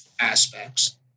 aspects